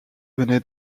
venaient